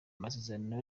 amasezerano